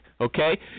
okay